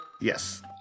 Yes